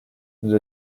nous